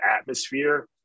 atmosphere